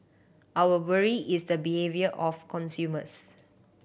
our worry is the behaviour of consumers